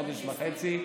חודש וחצי,